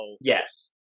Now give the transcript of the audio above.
yes